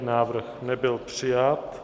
Návrh nebyl přijat.